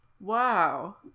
Wow